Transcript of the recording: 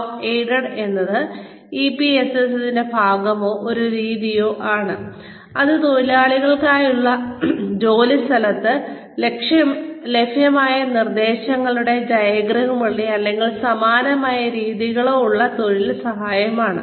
job aid എന്നത് EPSS ന്റെ ഭാഗമോ ഒരു രീതിയോ ആണ് അതിൽ തൊഴിലാളികൾക്കായുള്ള ജോലിസ്ഥലത്ത് ലഭ്യമായ നിർദ്ദേശങ്ങളുടെ ഡയഗ്രമുകളോ അല്ലെങ്കിൽ സമാനമായ രീതികളോ ഉള്ള തൊഴിൽ സഹായമാണ്